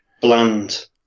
bland